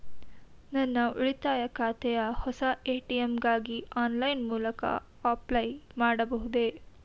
ನನ್ನ ಉಳಿತಾಯ ಖಾತೆಯ ಹೊಸ ಎ.ಟಿ.ಎಂ ಗಾಗಿ ಆನ್ಲೈನ್ ಮೂಲಕ ಅಪ್ಲೈ ಮಾಡಬಹುದೇ?